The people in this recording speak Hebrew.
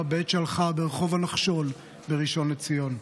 בעת שהלכה ברחוב הנחשול בראשון לציון.